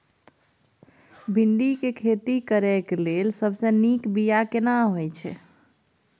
भिंडी के खेती करेक लैल सबसे नीक बिया केना होय छै?